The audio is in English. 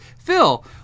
Phil